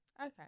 Okay